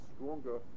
stronger